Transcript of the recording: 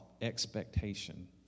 expectation